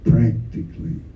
Practically